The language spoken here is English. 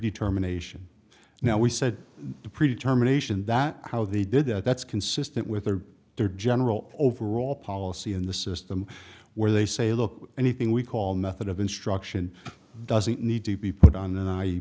predetermination now we said the predetermination that how they did that that's consistent with their their general overall policy in the system where they say look anything we call method of instruction doesn't need to be put on